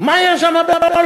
מה יש שם בהולנד?